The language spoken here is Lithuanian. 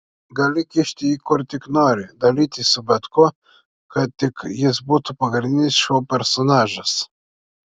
gali kišti jį kur tik nori dalytis su bet kuo kad tik jis būtų pagrindinis šou personažas